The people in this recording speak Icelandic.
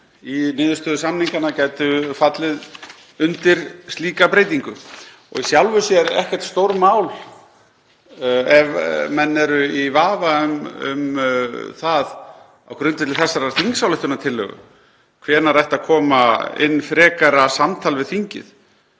í niðurstöðu samninganna gætu fallið undir slíkar breytingar. Í sjálfu sér er það ekkert stórmál, ef menn eru í vafa um það á grundvelli þessarar þingsályktunartillögu hvenær frekara samtal við þingið